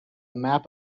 map